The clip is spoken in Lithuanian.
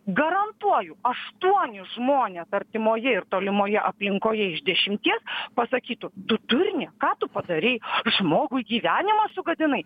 garantuoju aštuoni žmonės artimoje ir tolimoje aplinkoje iš dešimties pasakytų tu durnė ką tu padarei žmogui gyvenimą sugadinai